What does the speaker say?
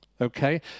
okay